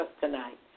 tonight